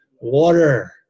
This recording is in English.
water